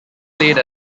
played